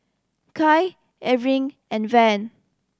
Kai and Van